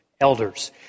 elders